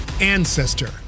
ancestor